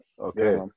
Okay